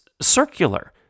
circular